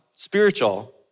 Spiritual